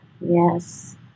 Yes